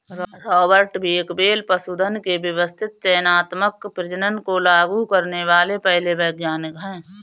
Robert Bakewell पशुधन के व्यवस्थित चयनात्मक प्रजनन को लागू करने वाले पहले वैज्ञानिक है